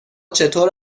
چطور